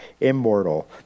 immortal